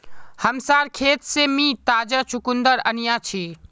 हमसार खेत से मी ताजा चुकंदर अन्याछि